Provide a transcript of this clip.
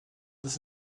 this